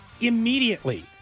immediately